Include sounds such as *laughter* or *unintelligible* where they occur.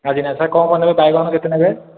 *unintelligible* sir କ'ଣ କ'ଣ ନେବେ ବାଇଗଣ କେତେ ନେବେ